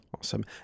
Awesome